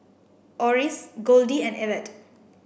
Oris Goldie and Evette